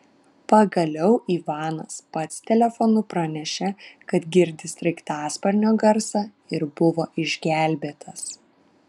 pagaliau ivanas pats telefonu pranešė kad girdi sraigtasparnio garsą ir buvo išgelbėtas